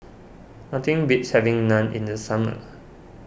nothing beats having Naan in the summer